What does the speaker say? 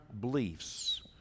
beliefs